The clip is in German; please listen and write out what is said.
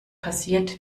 passiert